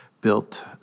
built